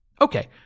okay